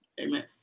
Amen